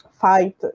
fight